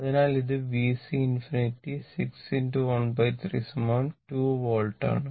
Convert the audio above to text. അതിനാൽ ഇത് VC ∞ 6⅓ 2 volt ആണ്